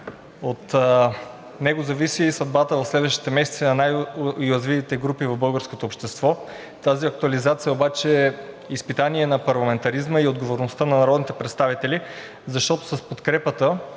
от него зависи съдбата в следващите месеци на най-уязвимите групи в българското общество. Тази актуализация обаче е изпитание за парламентаризма и отговорността на народните представители, защото с подкрепата